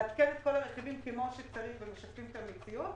לעדכן את כלל הרכיבים כמו שצריך ומשקפים את המציאות